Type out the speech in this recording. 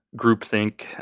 groupthink